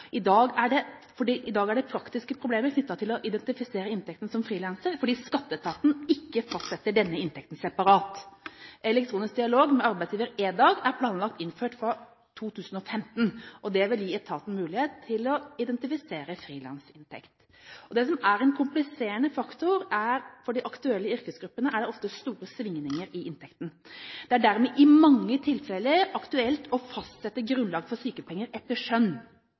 I dag er det praktiske problemer knyttet til å identifisere inntekten som frilanser fordi Skatteetaten ikke fastsetter denne inntekten separat. Elektronisk Dialog med Arbeidsgiver – EDAG – er planlagt innført fra 2015. Det vil gi etaten mulighet til å identifisere frilansinntekt. Det som er en kompliserende faktor, er at for de aktuelle inntektsgruppene er det ofte store svingninger i inntekten. Det er dermed i mange tilfeller aktuelt å fastsette grunnlag for sykepenger etter skjønn